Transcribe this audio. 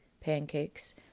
pancakes